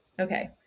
Okay